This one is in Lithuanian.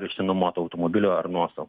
išsinuomotu automobiliu ar nuosavu